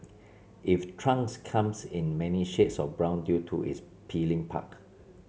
if trunks comes in many shades of brown due to its peeling bark